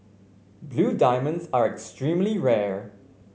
blue diamonds are extremely rare